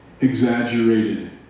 exaggerated